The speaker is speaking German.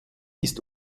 ist